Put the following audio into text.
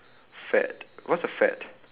fad what's a fad